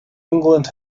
england